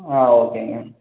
ஆ ஓகேங்க